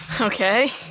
Okay